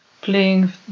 Playing